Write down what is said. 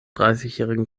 dreißigjährigen